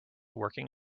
working